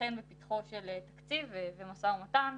אכן בפתחו של תקציב ומשא ומתן.